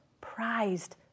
prized